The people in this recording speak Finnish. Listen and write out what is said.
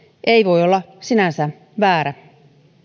ei voi olla sinänsä väärä